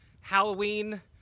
Halloween